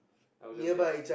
I will love that